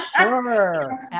sure